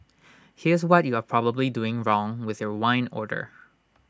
here's what you are probably doing wrong with your wine order